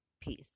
peace